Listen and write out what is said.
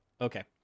Okay